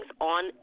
on